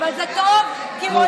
אבל זה טוב, כי רואים לכם.